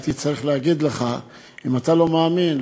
הייתי צריך להגיד לך: אם אתה לא מאמין,